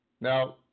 Now